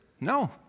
no